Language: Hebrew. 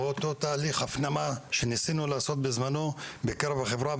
אותו תהליך הפנה שניסינו לעשות בזמנו בקרב החברה,